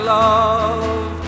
love